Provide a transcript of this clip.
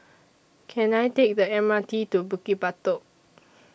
Can I Take The M R T to Bukit Batok